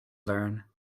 learn